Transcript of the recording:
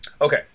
Okay